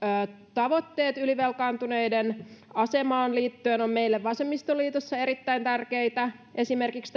tavoitteet ylivelkaantuneiden asemaan liittyen ovat meille vasemmistoliitossa erittäin tärkeitä esimerkiksi